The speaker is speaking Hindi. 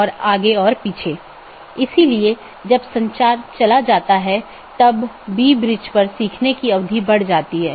और यदि हम AS प्रकारों को देखते हैं तो BGP मुख्य रूप से ऑटॉनमस सिस्टमों के 3 प्रकारों को परिभाषित करता है